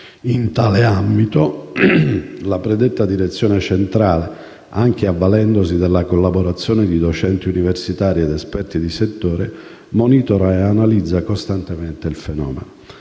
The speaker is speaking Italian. In tale ambito, la predetta Direzione centrale, anche avvalendosi della collaborazione di docenti universitari ed esperti del settore, monitora e analizza costantemente il fenomeno.